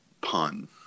pun